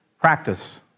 practice